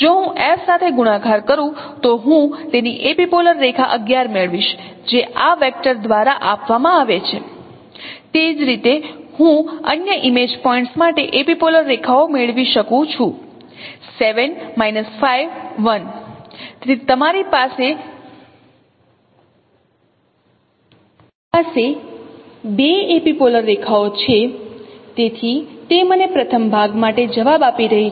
જો હું F સાથે ગુણાકાર કરું તો હું તેની એપિપોલર રેખા l1 મેળવીશ જે આ વેક્ટર દ્વારા આપવામાં આવી છે તે જ રીતે હું અન્ય ઇમેજ પોઇન્ટ્સ માટે એપિપોલર રેખાઓ મેળવી શકું છું 7 5 1 તેથી તમારી પાસે બે એપિપોલર રેખાઓ છે તેથી તે મને પ્રથમ ભાગ માટે જવાબ આપી રહી છે